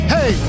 Hey